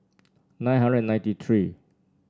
nine hundred and ninety three